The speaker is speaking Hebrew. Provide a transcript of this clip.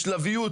בשלבים,